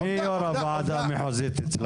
מי יושב ראש הוועדה המחוזית אצלכם?